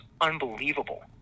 unbelievable